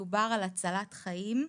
מדובר על הצלת חיים.